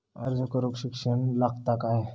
अर्ज करूक शिक्षण लागता काय?